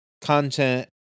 content